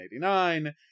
1989